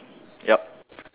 yup